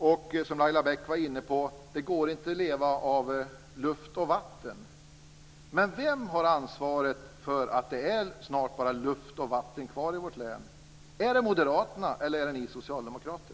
Det går inte att leva på luft och vatten - vilket även Laila Bäck påpekade. Men vem har ansvaret för att det snart är bara luft och vatten kvar i vårt län? Är det Moderaterna eller ni socialdemokrater?